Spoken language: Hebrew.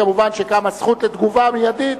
מובן שקמה זכות לתגובה מיידית,